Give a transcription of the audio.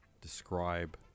describe